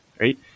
right